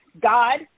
God